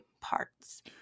parts